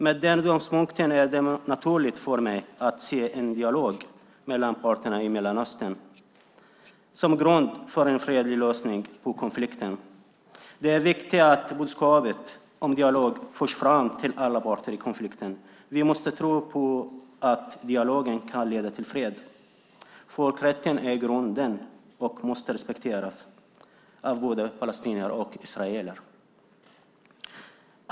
Med den utgångspunkten är det naturligt för mig att se en dialog mellan parterna i Mellanöstern som grund för en fredlig lösning på konflikten. Det är viktigt att budskapet om dialog förs fram till alla parter i konflikten. Vi måste tro på att dialogen kan leda till fred. Folkrätten är grunden och måste respekteras av både palestinier och israeler.